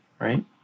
right